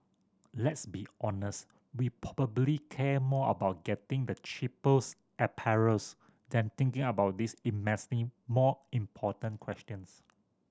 let's be honest we probably care more about getting the cheapest apparels than thinking about these immensely more important questions